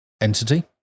entity